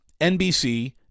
NBC